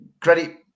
credit